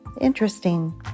interesting